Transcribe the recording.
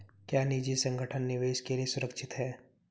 क्या निजी संगठन निवेश के लिए सुरक्षित हैं?